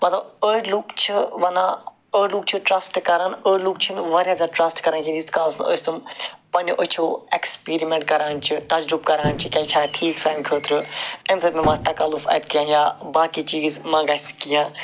مطلب أڑۍ لُکھ چھِ وَنان أڑۍ لُکھ چھِ ٹرٛسٹہٕ کَران أڑۍ لُکھ چھِنہٕ وارِیاہ زیادٕ ٹرٛسٹہٕ کَرن کیٚنٛہہ ییٖتِس کالس نہٕ أسۍ تِم پنٕنٮ۪و أچھو ایکٕسپیٖرِمٮ۪نٛٹ کَران چھِ تجرُبہٕ کَران چھِ کیٛاہ یہِ چھا ٹھیٖک سانہٕ خٲطرٕ اَمہِ سۭتۍ ما تکلُف اَتہِ کٮ۪ن یا باقٕے چیٖز ما گَژھِ کیٚنٛہہ